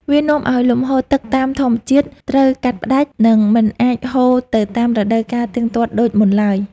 វានាំឱ្យលំហូរទឹកតាមធម្មជាតិត្រូវកាត់ផ្តាច់ និងមិនអាចហូរទៅតាមរដូវកាលទៀងទាត់ដូចមុនឡើយ។